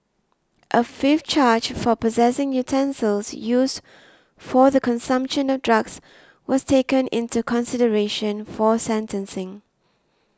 a fifth charge for possessing utensils used for the consumption of drugs was taken into consideration for sentencing